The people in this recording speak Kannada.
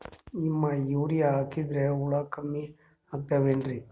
ನೀಮ್ ಯೂರಿಯ ಹಾಕದ್ರ ಹುಳ ಕಮ್ಮಿ ಆಗತಾವೇನರಿ?